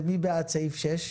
מי בעד הסתייגות שש?